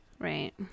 Right